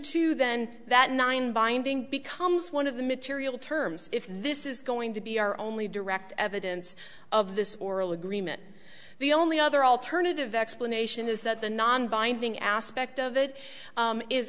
two then that nine binding becomes one of the material terms if this is going to be our only direct evidence of this oral agreement the only other alternative explanation is that the non binding aspect of it